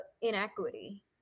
inequity